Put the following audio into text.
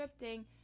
scripting